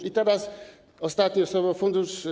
I teraz - ostatnie słowo: fundusz.